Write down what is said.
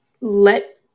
let